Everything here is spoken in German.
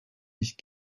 nicht